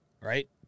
right